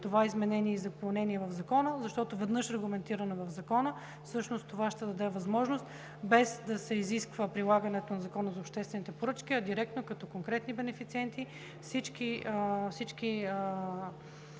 това изменение в Закона, защото веднъж регламентирано в Закона, това ще даде възможност, без да се изисква прилагането на Закона за обществените поръчки, а директно като конкретни бенефициенти всички